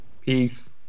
Peace